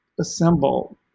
assemble